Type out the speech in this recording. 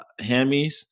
hammies